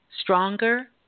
stronger